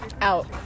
Out